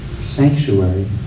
sanctuary